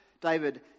David